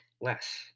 less